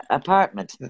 apartment